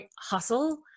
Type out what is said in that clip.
hustle